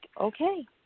okay